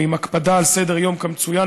עם הקפדה על סדר-יום כמצוין,